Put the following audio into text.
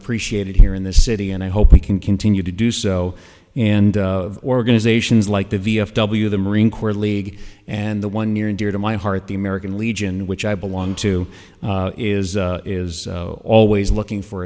appreciated here in this city and i hope we can continue to do so and love organizations like the vfw the marine corps league and the one near and dear to my heart the american legion which i belong to is a is so always looking for